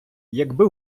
якби